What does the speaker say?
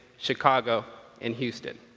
chicago and houston.